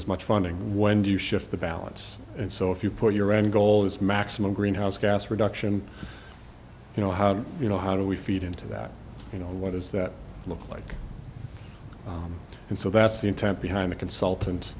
as much funding when you shift the balance and so if you put your end goal is maximum greenhouse gas reduction you know how you know how do we feed into that you know what does that look like and so that's the intent behind a consultant